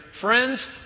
friends